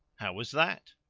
how was that?